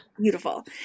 beautiful